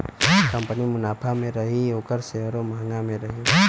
company मुनाफा मे रही ओकर सेअरो म्हंगा रही